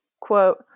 quote